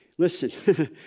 Listen